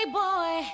boy